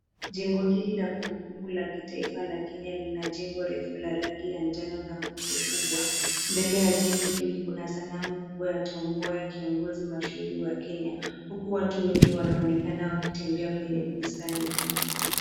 Jengo hili la kumbukumbu la kitaifa la Kenya lina jengo refu la rangi ya njano na nguzo kubwa. Mbele ya jengo hili kuna sanamu kubwa ya Tom Mboya, kiongozi mashuhuri wa kenya, huku watu wengi wanaonekana wakitembea kwenye bustani hii.